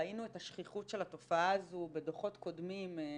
ראינו את השכיחות של התופעה הזו בדוחות קודמים,